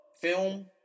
film